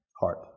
heart